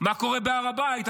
מה קורה בהר הבית.